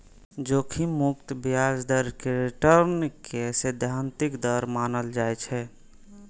जोखिम मुक्त ब्याज दर कें रिटर्न के सैद्धांतिक दर मानल जाइ छै